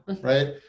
Right